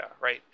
right